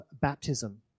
baptism